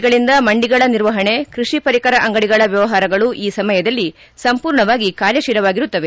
ಗಳಿಂದ ಮಂಡಿಗಳ ನಿರ್ವಹಣೆ ಕೈಷಿ ಪರಿಕರ ಅಂಗಡಿಗಳ ವ್ಯವಹಾರಗಳು ಈ ಸಮಯದಲ್ಲಿ ಸಂಪೂರ್ಣವಾಗಿ ಕಾರ್ಯಶೀಲವಾಗಿರುತ್ತವೆ